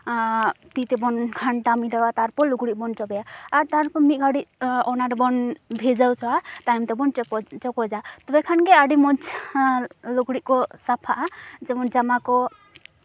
ᱛᱤ ᱛᱮᱵᱚᱱ ᱜᱷᱟᱱᱴᱟ ᱢᱤᱞᱟᱹᱣᱟ ᱛᱟᱨᱯᱚᱨ ᱞᱩᱜᱽᱲᱤᱡ ᱵᱚᱱ ᱡᱚᱵᱮᱭᱟ ᱟᱨ ᱛᱟᱨᱯᱚᱨ ᱢᱤᱫ ᱜᱷᱟᱹᱲᱤᱡ ᱚᱱᱟ ᱨᱮᱵᱚᱱ ᱵᱷᱤᱡᱟᱹᱣ ᱦᱚᱪᱚ ᱟᱜᱼᱟ ᱛᱟᱭᱚᱢ ᱛᱮᱵᱚᱱ ᱪᱚᱠᱚᱡ ᱪᱚᱠᱚᱡᱟ ᱛᱚᱵᱮ ᱠᱷᱟᱱᱜᱮ ᱟᱹᱰᱤ ᱢᱚᱡᱽ ᱞᱩᱜᱽᱲᱤᱡ ᱠᱚ ᱥᱟᱯᱷᱟᱜᱼᱟ ᱡᱮᱢᱚᱱ ᱡᱟᱢᱟ ᱠᱚ